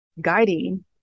guiding